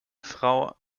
frau